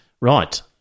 Right